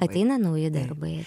ateina nauji darbai